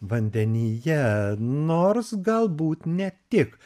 vandenyje nors galbūt ne tik